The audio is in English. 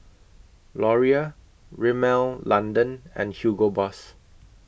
Laurier Rimmel London and Hugo Boss